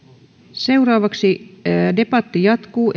seuraavaksi debatti jatkuu